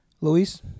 Luis